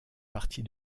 partie